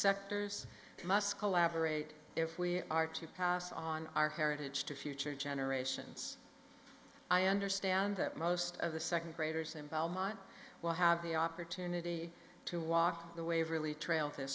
sectors must collaborate if we are to pass on our heritage to future generations i understand that most of the second graders in belmont will have the opportunity to walk the waverley trail